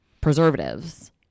preservatives